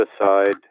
aside